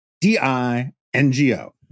D-I-N-G-O